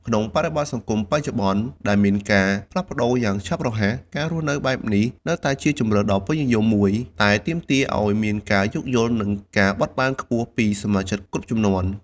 ក្នុងបរិបទសង្គមបច្ចុប្បន្ន ដែលមានការផ្លាស់ប្តូរយ៉ាងឆាប់រហ័ស ការរស់នៅបែបនេះនៅតែជាជម្រើសដ៏ពេញនិយមមួយ តែទាមទារឲ្យមានការយោគយល់ និងការបត់បែនខ្ពស់ពីសមាជិកគ្រប់ជំនាន់។